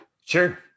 Sure